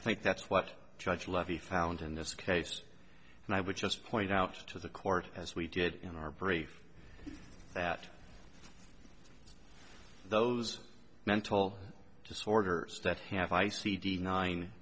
think that's what judge levy found in this case and i would just point out to the court as we did in our brief that those mental disorders that have i c d nine